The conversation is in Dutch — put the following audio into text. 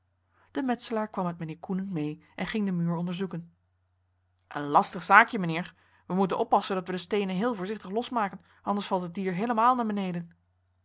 de metselaar kwam met mijnheer coenen mee en ging den muur onderzoeken een lastig zaakje meneer we moeten oppassen dat we de steenen heel voorzichtig losmaken anders valt het dier heelemaal naar beneden